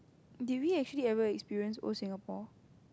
did we actually ever experience old Singapore